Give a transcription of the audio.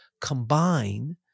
combine